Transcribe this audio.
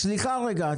זה היה --- סליחה רגע,